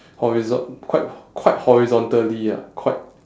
horizo~ quite quite horizontally ah quite